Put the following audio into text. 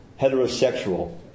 heterosexual